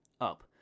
Up